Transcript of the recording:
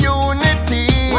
unity